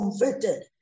converted